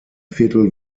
viertel